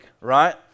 right